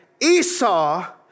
esau